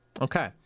Okay